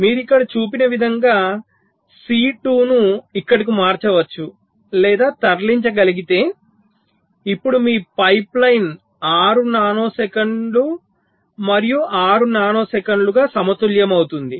మీరు ఇక్కడ చూపిన విధంగా C2 ను ఇక్కడకు మార్చవచ్చు లేదా తరలించగలిగితే ఇప్పుడు మీ పైప్లైన్ 6 నానో సెకను మరియు 6 నానో సెకన్లు సమతుల్యమవుతుంది